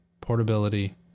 portability